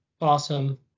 awesome